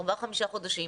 ארבעה חמישה חודשים,